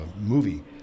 movie